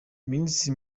minisitiri